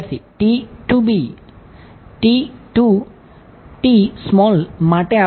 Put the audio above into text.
વિદ્યાર્થી T t b